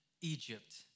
Egypt